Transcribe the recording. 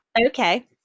Okay